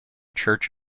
church